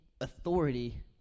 authority